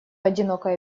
одинокая